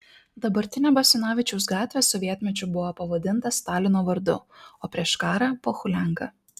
dabartinė basanavičiaus gatvė sovietmečiu buvo pavadinta stalino vardu o prieš karą pohulianka